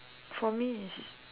for me is